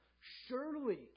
surely